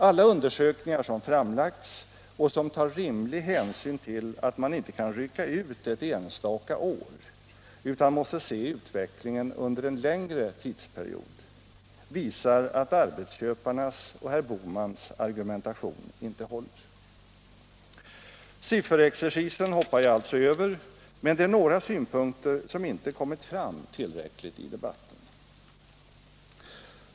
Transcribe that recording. Alla undersökningar som framlagts och som tar rimlig hänsyn till att man inte kan rycka ut ett enstaka år, utan måste se utvecklingen under en längre tidsperiod, visar att arbetsköparnas och herr Bohmans argumentation inte håller. Sifferexercisen hoppar jag alltså över, men det är några synpunkter som inte kommit fram tillräckligt i debatten.